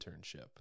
internship